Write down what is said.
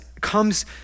comes